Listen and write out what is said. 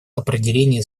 определении